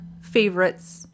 favorites